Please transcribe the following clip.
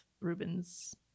Rubens